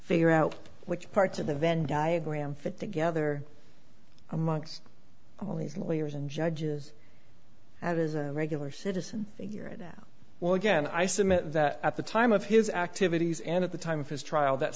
figure out which parts of the venn diagram fit together amongst all these leaders and judges that is a regular citizen figuring that well again i submit that at the time of his activities and at the time of his trial that